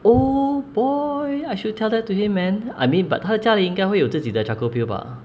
oh boy I should tell that to him man I mean but 他的家里应该会有自己的 charcoal pill bah